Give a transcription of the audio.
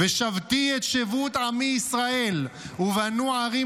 "ושבתי את שבות עמי ישראל ובנו ערים